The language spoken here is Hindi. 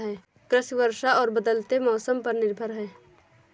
कृषि वर्षा और बदलते मौसम पर निर्भर है